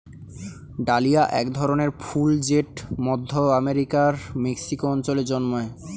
dahlia এক ধরনের ফুল জেট মধ্য আমেরিকার মেক্সিকো অঞ্চলে জন্মায়